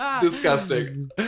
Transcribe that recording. Disgusting